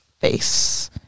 face